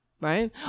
Right